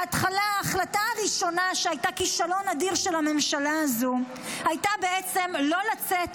ההחלטה הראשונה שהייתה כישלון אדיר של הממשלה הזאת הייתה בעצם לא לצאת,